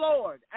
Lord